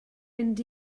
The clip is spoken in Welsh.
mynd